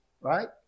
right